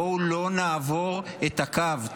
בואו לא נעבור את הקו,